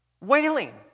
Wailing